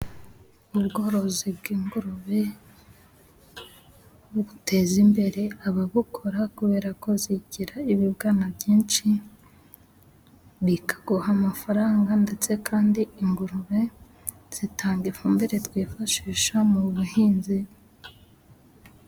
Ubworozi bw'ingurube buteza imbere ababukora kubera ko zigira ibibwana byinshi. Bikaguha amafaranga ndetse kandi ingurube zitanga ifumbire twifashisha mu buhinzi.